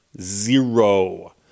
Zero